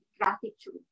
gratitude